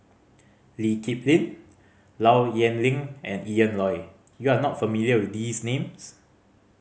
Lee Kip Lin Low Yen Ling and Ian Loy you are not familiar with these names